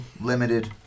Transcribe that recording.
Limited